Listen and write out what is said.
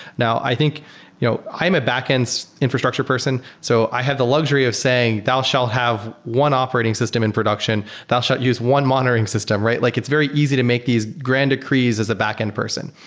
now, i think you know i'm a backend infrastructure person, so i had the luxury of saying, thou shall have one operating system in production. thou shall use one monitoring system, right? like it's very easy to make these grand decrees as a backend person.